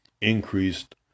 increased